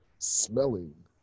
smelling